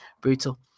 Brutal